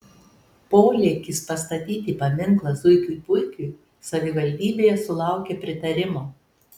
polėkis pastatyti paminklą zuikiui puikiui savivaldybėje sulaukė pritarimo